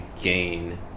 gain